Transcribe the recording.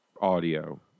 audio